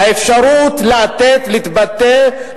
האפשרות לתת להתבטא,